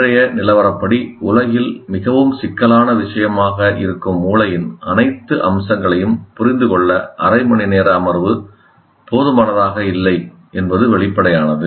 இன்றைய நிலவரப்படி உலகில் மிகவும் சிக்கலான விஷயமாக இருக்கும் மூளையின் அனைத்து அம்சங்களையும் புரிந்து கொள்ள அரை மணி நேர அமர்வு போதுமானதாக இல்லை என்பது வெளிப்படையானது